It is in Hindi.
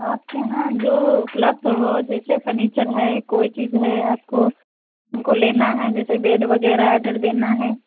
आपके यहाँ जो उपलब्ध हो जैसे फ़र्नीचर है कोई चीज है आपको हमको लेना है जैसे बेड वगैरह आडर देना है